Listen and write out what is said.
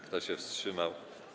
Kto się wstrzymał?